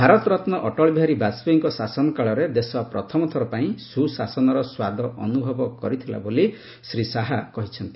ଭାରତରତ୍ନ ଅଟଳବିହାରୀ ବାଜପେୟୀଙ୍କ ଶାସନ କାଳରେ ଦେଶ ପ୍ରଥମଥର ପାଇଁ ସୁ ଶାସନର ସ୍ୱାଦ ଅନୁଭବ କରିଥିଲା ବୋଲି ଶ୍ରୀ ଶାହା କହିଛନ୍ତି